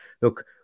look